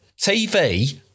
TV